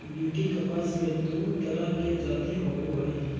BT कपास मे दू तरह के जाति होबो हइ